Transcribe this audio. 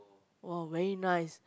!wow! very nice